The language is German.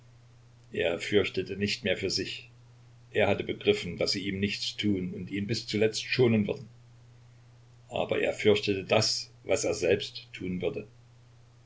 er fürchtete nicht mehr für sich er hatte begriffen daß sie ihm nichts tun und ihn bis zuletzt schonen würden aber er fürchtete das was er selbst tun würde